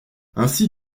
ainsi